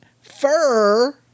fur